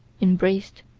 embraced,